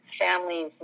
families